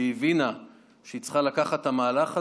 שהיא הבינה שהיא צריכה לעשות את המהלך הזה,